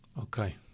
Okay